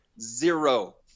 zero